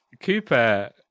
Cooper